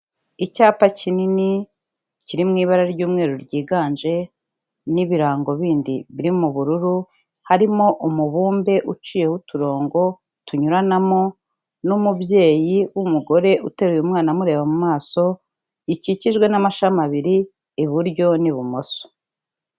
Icyapa kinini, kiri mu ibara ry'umweru ryiganje, n'ibirango bindi biri mu bururu, harimo umubumbe uciyeho uturongo tunyuranamo, n'umubyeyi w'umugore uteruye umwana amureba mu maso, bikikijwe n'amashami abiri iburyo n'ibumoso.